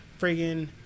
friggin